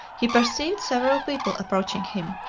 he perceived several people approaching him,